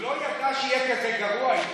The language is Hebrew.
הוא לא ידע שיהיה כזה גרוע איתכם.